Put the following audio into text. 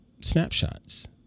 snapshots